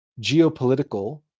geopolitical